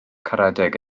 caredig